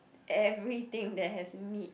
everything that has meat